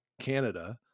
Canada